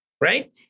Right